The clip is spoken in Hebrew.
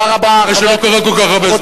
מה שלא קרה כל כך הרבה זמן.